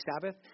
Sabbath